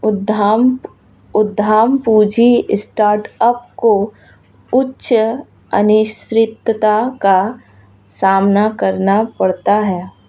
उद्यम पूंजी स्टार्टअप को उच्च अनिश्चितता का सामना करना पड़ता है